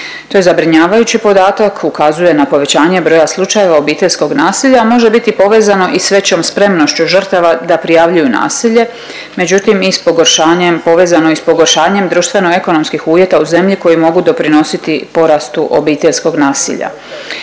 to je zabrinjavajući podatak, ukazuje na povećanje broja slučajeva obiteljskog nasilja, a može biti povezano i s većom spremnošću žrtava da prijavljuju nasilje, međutim, iz pogoršanjem, povezano i s pogoršanjem društveno-ekonomskih uvjeta u zemlji koje mogu doprinositi porastu obiteljskog nasilja.